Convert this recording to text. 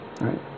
right